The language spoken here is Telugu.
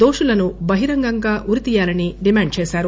దోషులను బహిరంగంగా ఉరి తీయాలని డిమాండ్ చేశారు